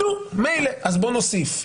אז מילא, בואו נוסיף.